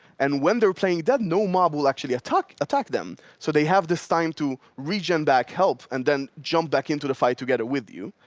and when they're playing dead, no mob will actually attack them. so they have this time to region back help and then jump back into the fight to get it with you.